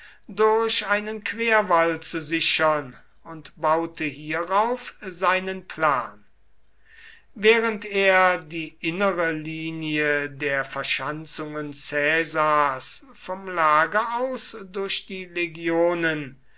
durch einen querwall zu sichern und baute hierauf seinen plan während er die innere linie der verschanzungen caesars vom lager aus durch die legionen